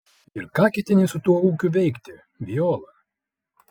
ir ką ketini su tuo ūkiu veikti viola